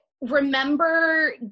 remember